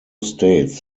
states